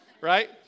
right